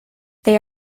they